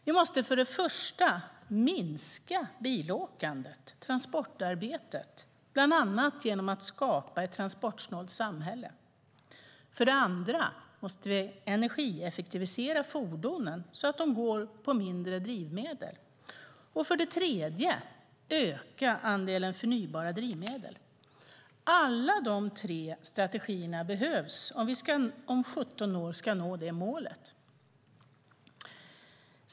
Vi måste för det första minska bilåkandet, transportarbetet, bland annat genom att skapa ett transportsnålt samhälle. För det andra måste vi energieffektivisera fordonen så att de går på mindre drivmedel. För det tredje måste vi öka andelen förnybara drivmedel. Alla de tre strategierna behövs om vi om 17 år ska nå målet.